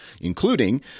including